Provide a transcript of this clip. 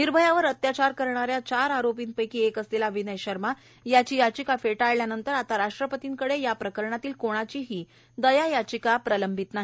निर्भयावर अत्याचार करणाऱ्या चार आयेपीपैकी एक असलेला विनय शर्मा याची याचिका फेटवळल्यानंतर आता राष्ट्रपतींकडे याप्रकरणातील कोणाचीठी दयायाचिका प्रलंबित नाही